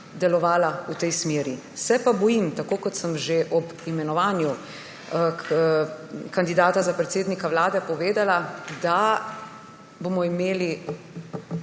delovala v tej smeri. Se pa bojim, kot sem že ob imenovanju kandidata za predsednika Vlade povedala, da bomo imeli